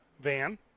Van